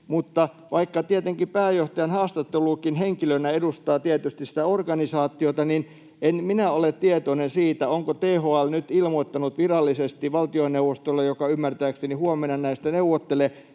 vaikka tietenkin pääjohtaja haastattelussakin henkilönä edustaa sitä organisaatiota, en ole tietoinen siitä, onko THL nyt ilmoittanut virallisesti valtioneuvostolle — joka ymmärtääkseni huomenna näistä neuvottelee